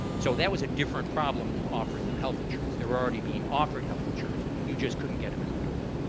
so that was a different problem than offering them health insurance. they were already being offered health insurance. you just couldn't get them in the door.